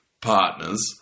partners